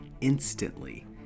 instantly